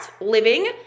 living